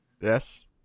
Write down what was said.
Yes